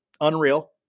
Unreal